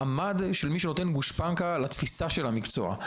מעמד של מי שנותן גושפנקה לתפיסה של המקצוע.